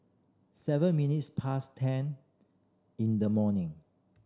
seven minutes past ten in the morning